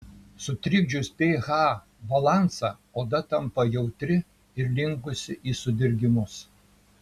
sutrikdžius ph balansą oda tampa jautri ir linkusi į sudirgimus